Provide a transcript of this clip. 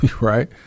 Right